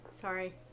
Sorry